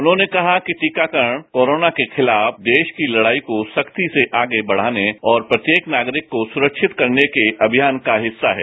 उन्होंने कहा कि टीकाकरण कोरोना के खिताफ देश की तज़ाई को सख्ती से आगे बढ़ाने और प्रत्येक नागरिक को सुरक्षित करने के अभियान का हिस्सा है